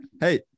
hey